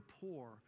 poor